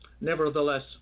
Nevertheless